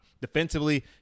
defensively